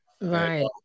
Right